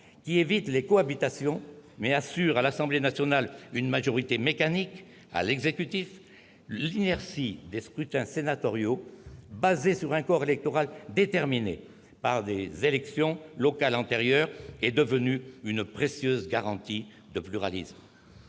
qui évite les cohabitations, mais assure, à l'Assemblée nationale, une majorité mécanique à l'exécutif, l'inertie des scrutins sénatoriaux, fondés sur un corps électoral déterminé par les élections locales antérieures, est devenue une précieuse garantie de pluralisme.